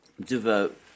devote